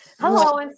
Hello